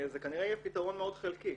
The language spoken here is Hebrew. זה כנראה יהיה פתרון מאוד חלקי.